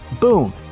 boom